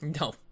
No